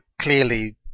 clearly